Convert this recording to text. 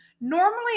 Normally